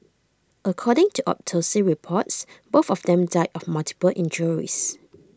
according to autopsy reports both of them died of multiple injuries